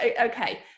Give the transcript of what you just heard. okay